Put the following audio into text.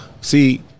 See